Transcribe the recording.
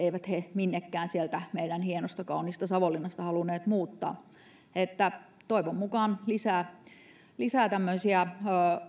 eivät he minnekään sieltä meidän hienosta kauniista savonlinnastamme halunneet muuttaa toivon mukaan saamme lisää tämmöisiä